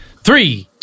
Three